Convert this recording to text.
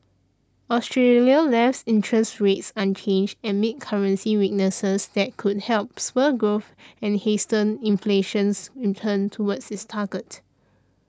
Australia left interest rates unchanged amid currency weaknesses that could help spur growth and hasten inflation's return toward its target